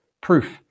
Proof